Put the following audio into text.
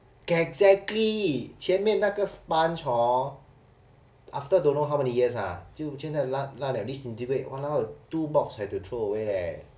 exactly 前面那个 sponge hor after don't know how many years ah 就真的烂烂 liao disintegrate !walao! two box had to throw away leh